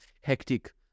hectic